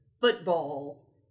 football